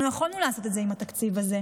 אנחנו יכולנו לעשות את זה עם התקציב הזה,